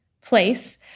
place